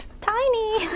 Tiny